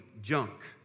junk